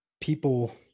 people